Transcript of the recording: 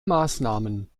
maßnahmen